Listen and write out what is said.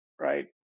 right